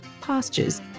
pastures